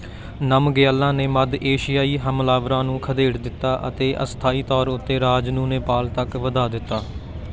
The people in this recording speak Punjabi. ਨਮਗਿਆਲਾਂ ਨੇ ਮੱਧ ਏਸ਼ੀਆਈ ਹਮਲਾਵਰਾਂ ਨੂੰ ਖਦੇੜ ਦਿੱਤਾ ਅਤੇ ਅਸਥਾਈ ਤੌਰ ਉੱਤੇ ਰਾਜ ਨੂੰ ਨੇਪਾਲ ਤੱਕ ਵਧਾ ਦਿੱਤਾ